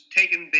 taken